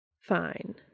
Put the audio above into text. Fine